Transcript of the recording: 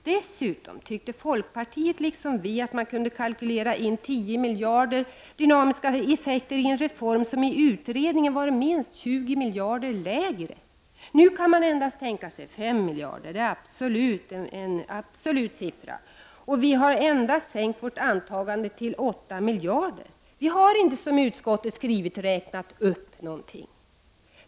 Dessutom tyckte folkpartiet, liksom vi, att man kunde kalkylera med 10 miljarder i dynamiska effekter när det gäller en reform som i utredningen var kalkylerad med minst 20 miljarder lägre. Nu kan man absolut inte tänka sig något annat belopp än 5 miljarder. Vi har sänkt vårt antagande till endast 8 miljarder. Vi har inte som utskottet skriver räknat upp någonting.